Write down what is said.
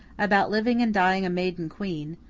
about living and dying a maiden queen,